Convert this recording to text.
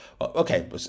okay